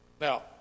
now